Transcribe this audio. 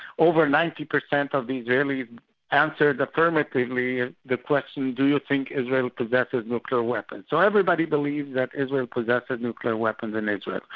over ninety percent of the israelis answered affirmatively the question, do you think israel possesses nuclear weapons? so everybody believes that israel possesses nuclear weapons in israel.